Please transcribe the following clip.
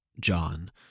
John